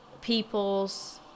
people's